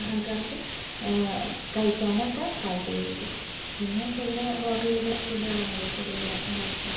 ആൾക്കാർക്ക് കഴിക്കാനൊക്കെ താല്പര്യമുള്ളത് പിന്നെ പൊതുവെ ഹോട്ടൽ ഫുഡ്ഡുകളാണല്ലോ പൊതുവെ എല്ലാവർക്കും താല്പര്യം